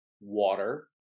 water